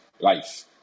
life